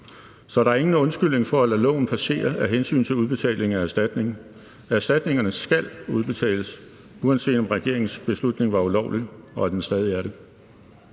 Så der er ingen undskyldning for at lade loven passere af hensyn til udbetaling af erstatning. Erstatningerne skal udbetales, uanset at regeringens beslutning var ulovlig og at den stadig er det.